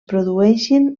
produeixin